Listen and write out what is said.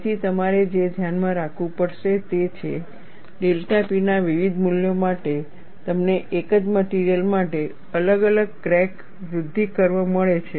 તેથી તમારે જે ધ્યાનમાં રાખવું પડશે તે છે ડેલ્ટા P ના વિવિધ મૂલ્યો માટે તમને એક જ મટિરિયલ માટે અલગ અલગ ક્રેક વૃદ્ધિ કર્વ મળે છે